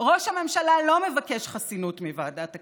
ראש הממשלה לא מבקש חסינות מוועדת הכנסת.